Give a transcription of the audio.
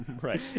Right